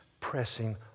pressing